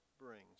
brings